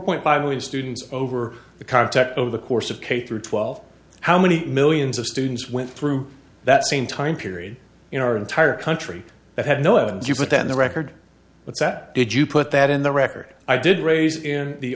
point five million students over the contect over the course of k through twelve how many millions of students went through that same time period in our entire country that had no and you put that in the record what's that did you put that in the record i did raise in the